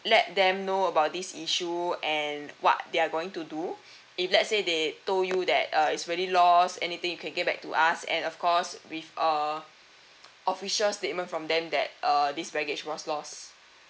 let them know about this issue and what they're going to do if let's say they told you that uh it's really lost anything you can get back to us and of course with uh official statement from them that uh this baggage was lost